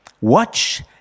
Watch